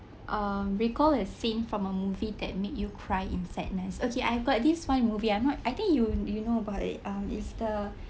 um recall a scene from a movie that made you cry in sadness okay I got this one movie I'm not I think you you know about it uh it's the